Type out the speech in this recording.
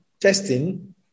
testing